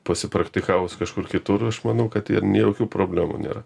pasipraktikavus kažkur kitur aš manau kad jiem nė jokių problemų nėra